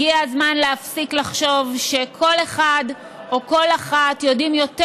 הגיע הזמן להפסיק לחשוב שכל אחד או כל אחת יודעים יותר